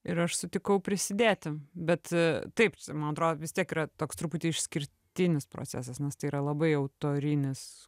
ir aš sutikau prisidėti bet taip man atrodo vis tiek yra toks truputį išskirtinis procesas nes tai yra labai autorinis